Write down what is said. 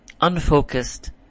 unfocused